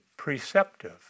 preceptive